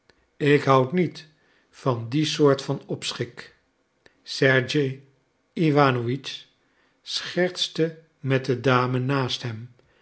ik houd niet van die soort van opschik sergej iwanowitsch schertste met de dame naast hem